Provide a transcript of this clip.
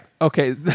okay